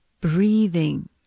breathing